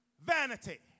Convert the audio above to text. vanity